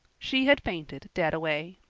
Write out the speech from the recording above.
she had fainted dead away.